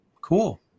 Cool